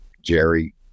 Jerry